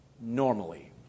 normally